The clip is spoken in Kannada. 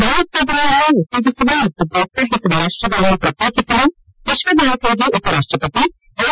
ಭಯೋತ್ಪಾದನೆಯನ್ನು ಉತ್ತೇಜಿಸುವ ಮತ್ತು ಪ್ರೋತ್ಪಾಹಿಸುವ ರಾಷ್ಟಗಳನ್ನು ಪ್ರತ್ಯೇಕಿಸಲು ವಿಶ್ವ ನಾಯಕರಿಗೆ ಉಪರಾಷ್ಟಪತಿ ಎಂ